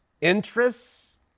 interests